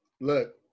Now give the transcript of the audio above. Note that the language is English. Look